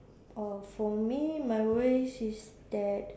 orh for me my worries is that